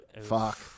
Fuck